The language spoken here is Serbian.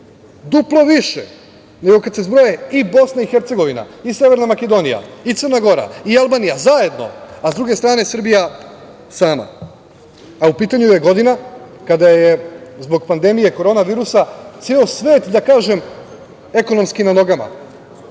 duplo više, nego kada se zbroje i BiH, Severna Makedonija, Crna Gora i Albanija zajedno, a sa druge strane Srbija sama? U pitanju je godina kada je zbog pandemije korona virusa, ceo svet, da kažem, ekonomski na nogama,